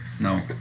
No